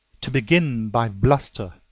to begin by bluster,